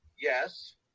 yes